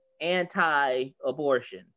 anti-abortion